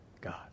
God